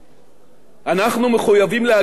אנחנו מחויבים להגן על מדינת ישראל